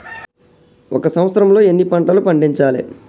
ఒక సంవత్సరంలో ఎన్ని పంటలు పండించాలే?